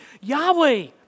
Yahweh